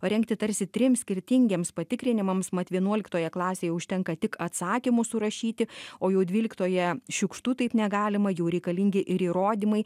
parengti tarsi trims skirtingiems patikrinimams mat vienuoliktoje klasėj užtenka tik atsakymus surašyti o jau dvyliktoje šiukštu taip negalima jau reikalingi ir įrodymai